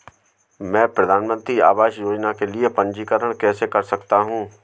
मैं प्रधानमंत्री आवास योजना के लिए पंजीकरण कैसे कर सकता हूं?